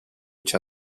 each